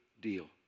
deal